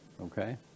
Okay